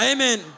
Amen